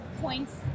points